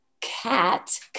cat